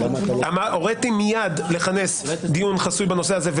הוריתי מיד לכנס דיון חסוי בנושא הזה,